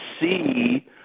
see